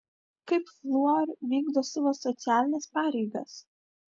kaip fluor vykdo savo socialines pareigas